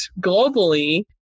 globally